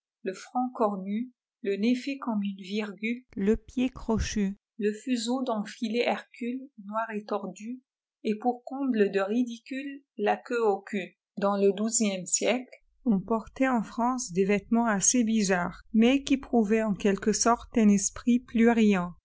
le front cornu le nez fait comme une vîrg le pied crochu le fuseau dont filet hercule noir et tordu et pour comble de ridicule la queue au eu dans le douzième siècle on portait en france dés vêtements assez bizarres mais qui prouvaient en quelque sorte un esprit plus riant